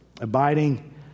Abiding